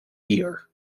year